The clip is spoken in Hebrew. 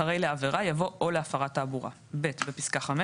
אחרי "לעבירה" יבוא "או להפרת תעבורה"; (ב)בפסקה (5),